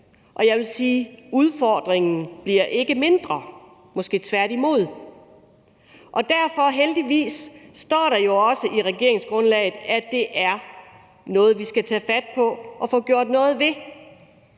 og jeg vil sige, at udfordringen ikke bliver mindre, måske tværtimod. Derfor står der jo heldigvis også i regeringsgrundlaget, at det er noget, vi skal tage fat på og få gjort noget ved.